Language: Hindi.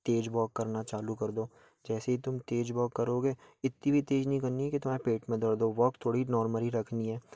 तेज़ वॉक करना चालू कर दो जैसे ही तुम तेज़ वॉक करोगे इतनी भी तेज़ नहीं करनी कि तुम्हारे पेट में दर्द हो वॉक थोड़ी नॉर्मल ही रखनी है